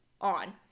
on